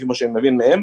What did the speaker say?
כפי שאני מבין מהם,